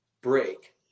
break